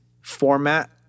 format